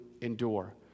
endure